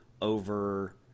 over